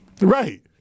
Right